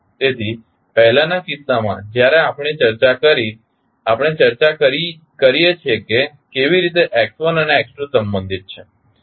તેથી પહેલાનાં કિસ્સામાં જ્યારે આપણે ચર્ચા કરી આપણે ચર્ચા કરીએ છીએ કે કેવી રીતે x1 અને x2 સંબંધિત છે